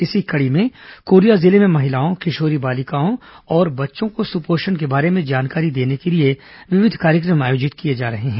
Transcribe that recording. इसी कड़ी में कोरिया जिले में महिलाओं किशोरी बालिकाओं और बच्चों को सुपोषण के बारे में जानकारी देने के लिए विविध कार्यक्रम आयोजित किए जा रहे हैं